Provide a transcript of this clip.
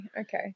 okay